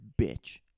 bitch